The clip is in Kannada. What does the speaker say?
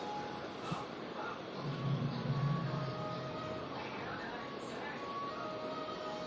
ಫೈನಾನ್ಶಿಯರ್ ಮಾರ್ಕೆಟ್ನಲ್ಲಿ ದಕ್ಷ, ಅರೆ ದಕ್ಷ, ದುರ್ಬಲ ಎಂಬ ಮೂರು ಮಾದರಿ ಗಳಿವೆ